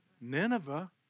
Nineveh